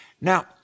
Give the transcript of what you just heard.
Now